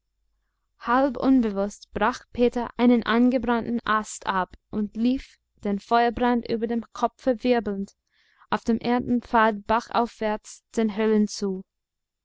halb unbewußt brach peter einen angebrannten ast ab und lief den feuerbrand über dem kopfe wirbelnd auf dem erntepfad bachaufwärts den höhlen zu